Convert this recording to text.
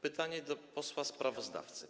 Pytanie do posła sprawozdawcy.